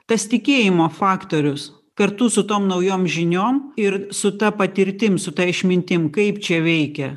tas tikėjimo faktorius kartu su tom naujom žiniom ir su ta patirtim su ta išmintim kaip čia veikia